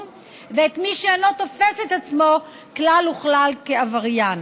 ואת מי שאינו תופס את עצמו כלל וכלל כעבריין.